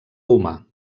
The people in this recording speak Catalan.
humà